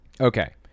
Okay